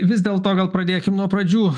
vis dėl to gal pradėkim nuo pradžių